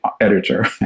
editor